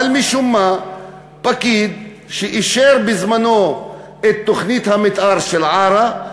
אבל משום מה פקיד שאישר בזמנו את תוכנית המתאר של עארה,